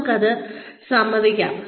നമുക്കത് സമ്മതിക്കാം